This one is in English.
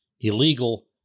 illegal